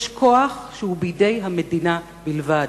יש כוח שהוא בידי המדינה בלבד,